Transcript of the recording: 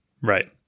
right